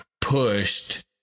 pushed